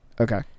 Okay